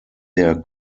der